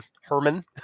Herman